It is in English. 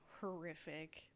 horrific